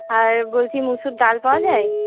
আর বলছি মুসুর ডাল পাওয়া যায়